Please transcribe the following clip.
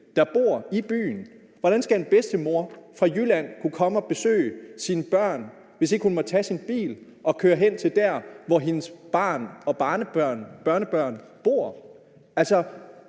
der bor i byen. Hvordan skal en bedstemor fra Jylland kunne komme og besøge sine børnebørn, hvis ikke hun må tage sin bil og køre hen til det sted, hvor hendes barn og børnebørn bor?